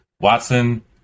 Watson